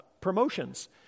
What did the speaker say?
promotions